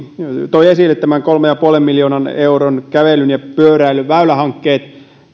toi esille kolmen pilkku viiden miljoonan euron kävelyn ja pyöräilyn väylähankkeita